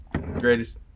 Greatest